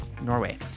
norway